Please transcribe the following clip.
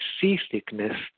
seasickness